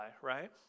right